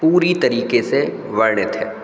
पूरी तरीक़े से वर्णित है